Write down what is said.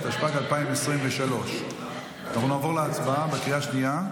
התשפ"ג 2023. אנחנו נעבור להצבעה בקריאה השנייה.